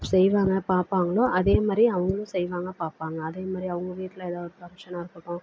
செய்வாங்க பார்ப்பாங்களோ அதே மாதிரி அவங்களும் செய்வாங்க பார்ப்பாங்க அதே மாதிரி அவங்க வீட்டில் ஏதாவது ஃபங்க்ஷனாக இருக்கட்டும்